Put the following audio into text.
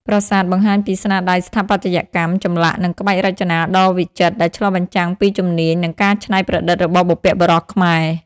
ប្រាសាទបង្ហាញពីស្នាដៃស្ថាបត្យកម្ម ចម្លាក់ និងក្បាច់រចនាដ៏វិចិត្រ ដែលឆ្លុះបញ្ចាំងពីជំនាញ និងការច្នៃប្រឌិតរបស់បុព្វបុរសខ្មែរ។